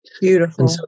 Beautiful